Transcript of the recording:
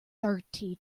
thirty